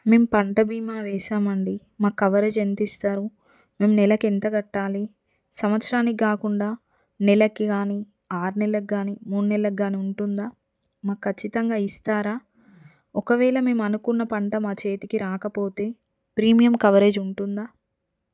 మేము పంట బీమా చేశామండి మాకు కవరేజ్ ఎంత ఇస్తారు మేము నెలకి ఎంత కట్టాలి సంవత్సరానికి కాకుండా నెలకి కానీ ఆరు నెలలకు కానీ మూడు నెలలకు కానీ ఉంటుందా మాకు ఖచ్చితంగా ఇస్తారా ఒకవేళ మేము అనుకున్న పంట మా చేతికి రాకపోతే ప్రీమియం కవరేజ్ ఉంటుందా